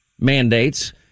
mandates